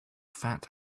fat